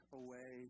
away